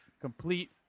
Complete